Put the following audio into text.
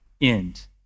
end